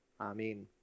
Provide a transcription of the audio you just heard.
Amen